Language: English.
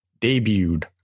debuted